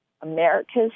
America's